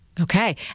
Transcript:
Okay